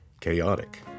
chaotic